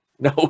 No